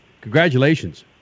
Congratulations